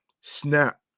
Snap